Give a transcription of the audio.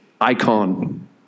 icon